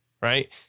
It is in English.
right